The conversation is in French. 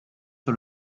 sur